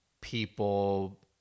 people